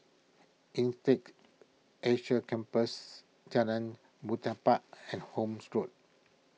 Insead Asia Campus Jalan Muhibbah and Horne's Road